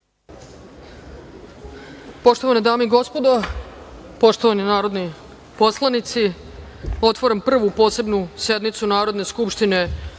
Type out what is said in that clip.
Poštovane dame i gospodo narodni poslanici, otvaram Prvu posebnu sednicu Narodne skupštine